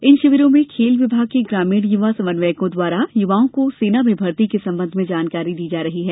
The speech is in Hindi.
इन शिविरों में खेल विभाग के ग्रामीण युवा समन्वयकों द्वारा युवाओं को सेना में भर्ती के संबंध में जानकारी दी जा रही है